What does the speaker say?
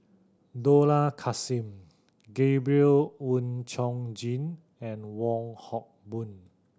Dollah Kassim Gabriel Oon Chong Jin and Wong Hock Boon